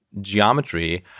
geometry